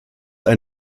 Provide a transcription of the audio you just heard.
die